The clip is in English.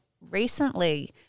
recently